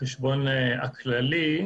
החשבון הכללי,